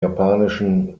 japanischen